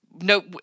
No